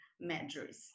measures